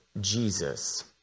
Jesus